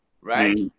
right